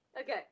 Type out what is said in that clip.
Okay